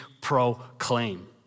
proclaim